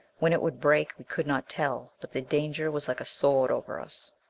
when it would break, we could not tell but the danger was like a sword over us.